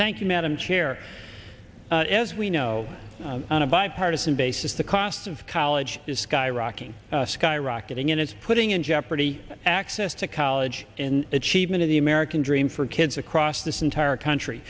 thank you madam chair as we know on a bipartisan basis the cost of college is skyrocketing skyrocketing and it's putting in jeopardy access to college in achievement of the american dream for kids across this entire